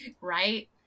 Right